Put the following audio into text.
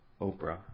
Oprah